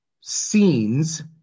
scenes